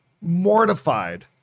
mortified